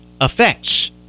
effects